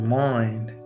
mind